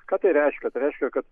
kad tai reiškia tai reiškia kad